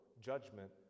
judgment